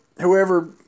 whoever